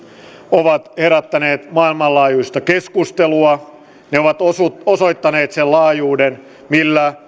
ovat herättäneet maailmanlaajuista keskustelua ne ovat osoittaneet sen laajuuden millä